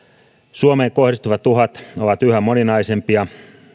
suomeen kohdistuvat uhat ovat yhä moninaisempia